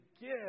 give